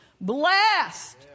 blessed